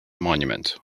monument